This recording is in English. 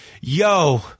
Yo